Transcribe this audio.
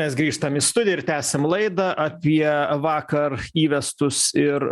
mes grįžtam į studiją ir tęsiam laidą apie vakar įvestus ir